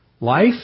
Life